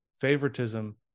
favoritism